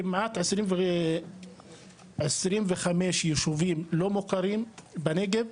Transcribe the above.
כמעט כ-25 יישובים לא מוכרים בנגב,